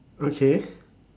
okay